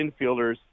infielders